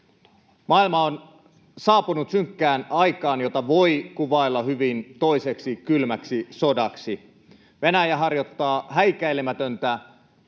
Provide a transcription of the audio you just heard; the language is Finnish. Maailma on saapunut synkkään aikaan, jota voi hyvin kuvailla toiseksi kylmäksi sodaksi. Venäjä harjoittaa häikäilemätöntä